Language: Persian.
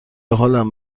حالم